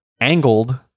angled